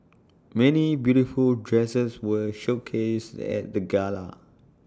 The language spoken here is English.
many beautiful dresses were showcased at the gala